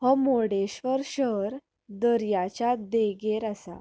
हो मुर्डेश्वर शहर दर्याच्या देगेर आसा